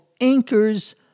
Anchors